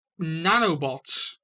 nanobots